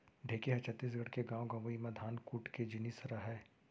ढेंकी ह छत्तीसगढ़ के गॉंव गँवई म धान कूट के जिनिस रहय